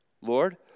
Lord